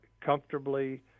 comfortably